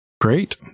Great